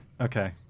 okay